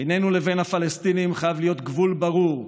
בינינו לבין הפלסטינים חייב להיות גבול ברור.